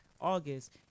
August